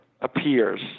appears